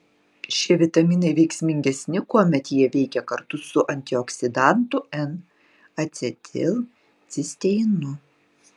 šie vitaminai veiksmingesni kuomet jie veikia kartu su antioksidantu n acetilcisteinu